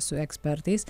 su ekspertais